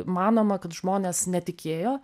manoma kad žmonės netikėjo